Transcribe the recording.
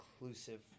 inclusive